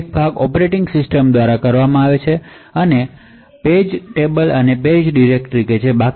આનો એક ભાગ ઓપરેટિંગ સિસ્ટમ અને પરંપરાગત પેજ ટેબલ અને પેજ ડિરેક્ટરીઓ દ્વારા કરવામાં આવે છે